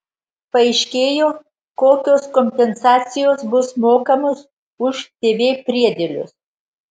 paaiškėjo kokios kompensacijos bus mokamos už tv priedėlius